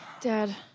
Dad